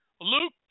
Luke